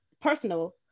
personal